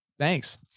Thanks